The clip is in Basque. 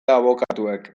abokatuek